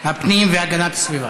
הפנים והגנת הסביבה.